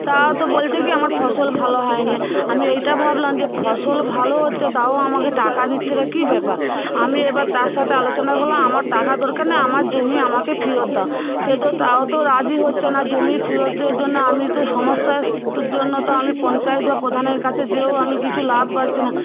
তা ও তো বলছে কী আমার ফসল ভালো হয় নি আমি এইটা ভাবলাম যে ফসল ভালো হচ্ছে তাও আমাকে টাকা দিচ্ছে না কী ব্যাপার আমি এবার তার সাথে আলোচনা করলাম আমার টাকার দরকার নেই আমার জমি আমাকে ফেরত দাও সে তো তাও তো রাজি হচ্ছে না জমি ফেরত দেওয়ার জন্য আমি তো সমস্যায় জন্য তো আমি পঞ্চায়েত বা প্রধানের কাছে যেয়েও আমি কিছু লাভ পাচ্ছি না